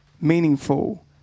meaningful